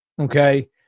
Okay